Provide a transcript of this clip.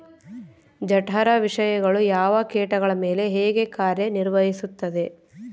ಜಠರ ವಿಷಯಗಳು ಯಾವ ಕೇಟಗಳ ಮೇಲೆ ಹೇಗೆ ಕಾರ್ಯ ನಿರ್ವಹಿಸುತ್ತದೆ?